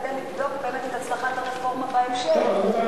כדי לבדוק באמת את הצלחת הרפורמה בהמשך.